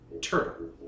Turtle